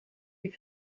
die